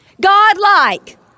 God-like